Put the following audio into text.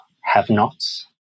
have-nots